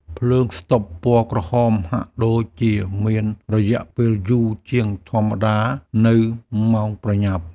ភ្លើងស្តុបពណ៌ក្រហមហាក់ដូចជាមានរយៈពេលយូរជាងធម្មតានៅម៉ោងប្រញាប់។